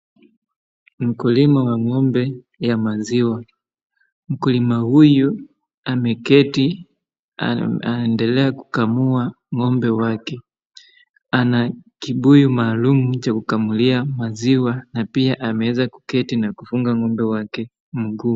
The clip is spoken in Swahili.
Mkulima wa ng'ombe ya maziwa. Mkulima huyu ameketi, anaendelea kukamua ng'ombe wake, ana kibuyu maalum cha kukamulia maziwa na pia ameweza kuketi na kufunga ng'ombe wake mguu.